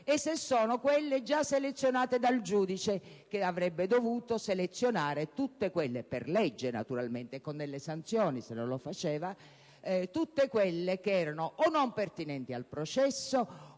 e se sono quelle già selezionate dal giudice, che avrebbe dovuto selezionare tutte quelle (per legge, naturalmente, con delle sanzioni, se non lo faceva) che erano o non pertinenti al processo